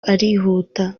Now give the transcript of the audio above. arihuta